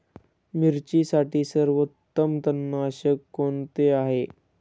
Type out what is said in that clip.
मिरचीसाठी सर्वोत्तम तणनाशक कोणते आहे?